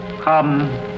Come